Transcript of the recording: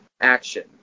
action